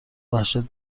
وحشت